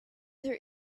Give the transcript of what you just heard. her